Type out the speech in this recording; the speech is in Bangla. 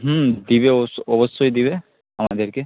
হুম দেবে ওস অবশ্যই দেবে আমাদেরকে